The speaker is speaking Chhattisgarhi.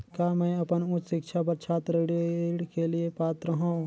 का मैं अपन उच्च शिक्षा बर छात्र ऋण के लिए पात्र हंव?